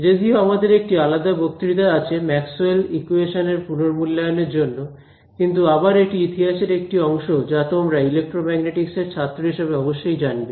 যদিও আমাদের একটি আলাদা বক্তৃতা আছে ম্যাক্স ওয়েল ইকুয়েশনস এর পুনর্মূল্যায়নের জন্য কিন্তু আবার এটি ইতিহাসের একটি অংশ যা তোমরা ইলেক্ট্রোম্যাগনেটিকস এর ছাত্র হিসেবে অবশ্যই জানবে